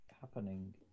happening